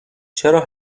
چرا